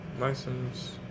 license